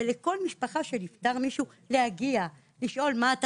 שלכל משפחה שנפטר לה מישהו יגיעו אליה לשאול מה הוא